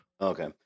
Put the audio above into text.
okay